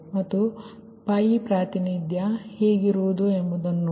ಮತ್ತು π ಪ್ರಾತಿನಿಧ್ಯ ಹೇಗೆ ಎಂದು ನೋಡಿ